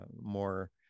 more